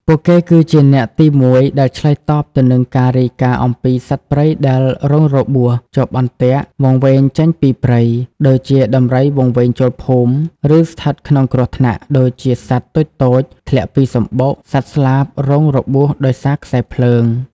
ពួកគេគឺជាអ្នកទីមួយដែលឆ្លើយតបទៅនឹងការរាយការណ៍អំពី សត្វព្រៃដែលរងរបួស ជាប់អន្ទាក់ វង្វេងចេញពីព្រៃ ដូចជាដំរីវង្វេងចូលភូមិ ឬស្ថិតក្នុងគ្រោះថ្នាក់ ដូចជាសត្វតូចៗធ្លាក់ពីសំបុក សត្វស្លាបរងរបួសដោយសារខ្សែភ្លើង។